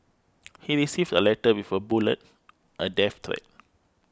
he received a letter with a bullet a death threat